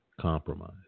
compromise